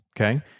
Okay